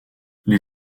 les